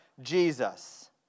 Jesus